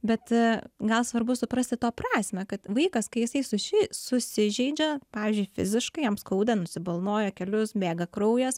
bet gal svarbu suprasti to prasmę kad vaikas kai jisai suši susižeidžia pavyzdžiui fiziškai jam skauda nusibalnoja kelius bėga kraujas